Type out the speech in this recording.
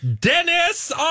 Dennis